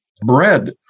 Bread